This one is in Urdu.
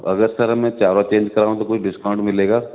اگر سر میں چاروں چینج کراؤں تو کوئی ڈسکاؤنٹ ملے گا